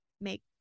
make